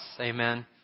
Amen